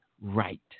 right